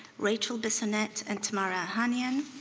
rachel bissonette and tamera ohanyan.